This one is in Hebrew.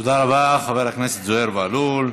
תודה רבה, חבר הכנסת זוהיר בהלול.